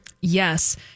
Yes